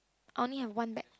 only have one bag